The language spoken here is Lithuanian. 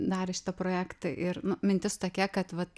darė šitą projektą ir mintis tokia kad vat